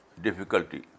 difficulty